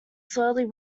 slowly